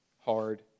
hard